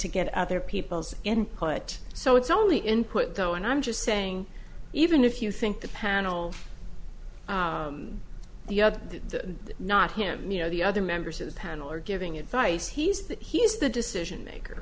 to get other people's input so it's only input though and i'm just saying even if you think the panel the other the not him you know the other members of the panel are giving advice he's the he's the decision maker